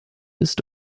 ist